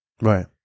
Right